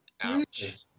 Ouch